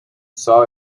saw